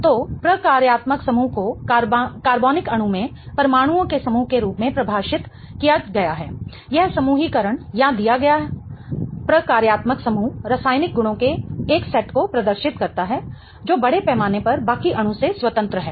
तो प्रकार्यात्मक समूह को कार्बनिक अणु में परमाणुओं के समूह के रूप में परिभाषित किया गया है यह समूहीकरण या दिया गया प्रकार्यात्मक समूह रासायनिक गुणों के एक सेट को प्रदर्शित करता है जो बड़े पैमाने पर बाकी अणु से स्वतंत्र हैं